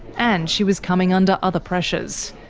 and she was coming under other pressures.